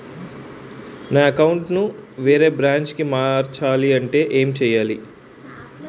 నా అకౌంట్ ను వేరే బ్రాంచ్ కి మార్చాలి అంటే ఎం చేయాలి?